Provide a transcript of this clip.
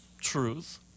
truth